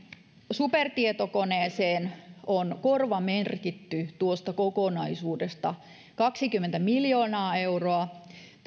supertietokoneeseen on korvamerkitty tuosta kokonaisuudesta kaksikymmentä miljoonaa euroa